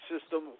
system